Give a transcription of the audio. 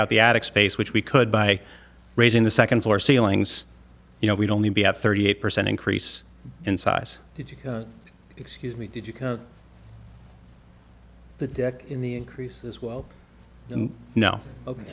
out the attic space which we could by raising the second floor ceilings you know we'd only be at thirty eight percent increase in size did you excuse me did you the deck in the increase is well you know ok